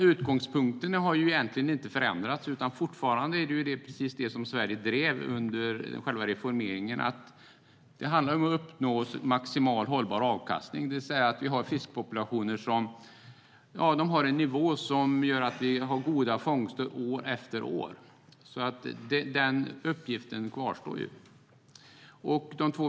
Utgångspunkten har egentligen inte förändrats, utan den är fortfarande precis vad Sverige drev under reformeringen: att uppnå maximal hållbar avkastning, det vill säga att vi har fiskpopulationer på en nivå som gör att vi har goda fångster år efter år. Den uppgiften kvarstår alltså.